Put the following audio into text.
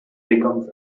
become